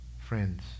friends